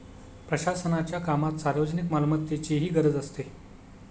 प्रशासनाच्या कामात सार्वजनिक मालमत्तेचीही गरज असते